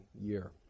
year